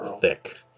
thick